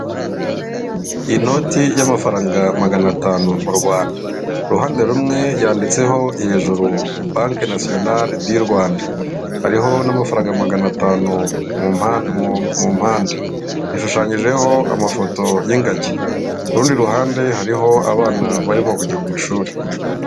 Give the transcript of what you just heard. Inoti y'amafaranga magana atanu mu Rwanda, iruhande rumwe yanditseho hejuru banke nasiyonari di Rwanda, hariho n'amafaranga magana atanu mu mpande, ishushanyijeho amafoto y'ingagi, ku rundi ruhande hariho abana barimo kujya ku ishuri.